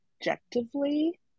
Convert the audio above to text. objectively